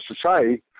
society